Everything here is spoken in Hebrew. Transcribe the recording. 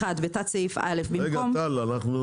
תודה, אדוני